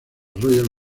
royal